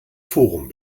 forum